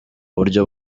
buryo